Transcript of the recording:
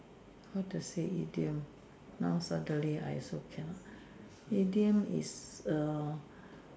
how to say idiom now suddenly I also cannot idiom is err